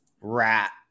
rat